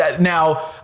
Now